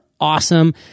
awesome